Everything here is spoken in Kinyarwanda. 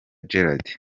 gerald